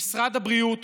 ומשרד הבריאות